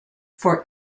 for